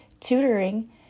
Tutoring